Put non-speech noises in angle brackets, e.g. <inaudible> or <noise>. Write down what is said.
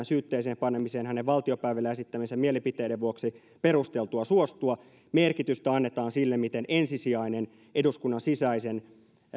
<unintelligible> syytteeseen panemiseen hänen valtiopäivillä esittämiensä mielipiteiden vuoksi perusteltua suostua merkitystä annetaan sille miten ensisijainen eduskunnan sisäisen